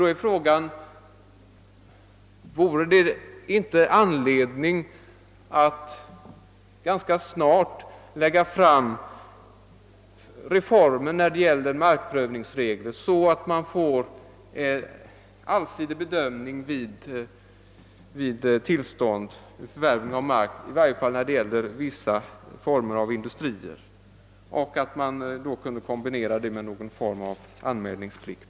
Då är frågan: Finns det inte anledning att ganska snart redovisa förslag till reformer av markprövningsreglerna så att det blir en allsidig bedömning vid tillstånd till förvärv av mark, i varje fall för vissa former av industri? Reglerna borde också kunna kombineras med någon form av anmälningsplikt.